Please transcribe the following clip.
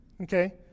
okay